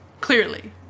clearly